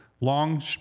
long